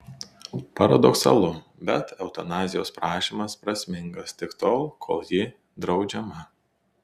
paradoksalu bet eutanazijos prašymas prasmingas tik tol kol ji draudžiama